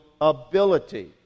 ability